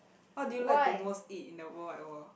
what do you like to most eat in the world wide world